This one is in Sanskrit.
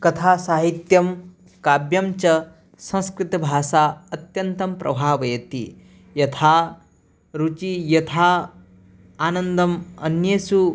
कथासाहित्यं काव्यं च संस्कृतभाषा अत्यन्तं प्रभावयति यथा रुचिः यथा आनन्दम् अन्येषु